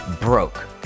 broke